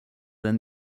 then